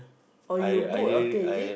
or you book hotel is it